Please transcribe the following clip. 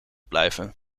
blijven